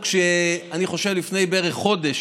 אני חושב שלפני בערך חודש,